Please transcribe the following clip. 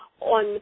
on